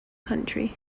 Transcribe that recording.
country